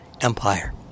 empire